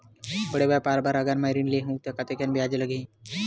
बड़े व्यापार बर अगर मैं ऋण ले हू त कतेकन ब्याज लगही?